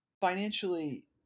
Financially